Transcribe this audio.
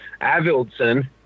Avildsen